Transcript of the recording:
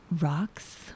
rocks